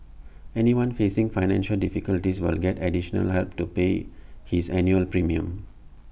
anyone facing financial difficulties will get additional help to pay his annual premium